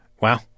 Wow